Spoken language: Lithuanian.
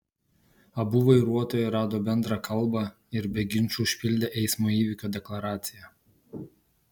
abu vairuotojai rado bendrą kalbą ir be ginčų užpildė eismo įvykio deklaraciją